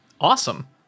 Awesome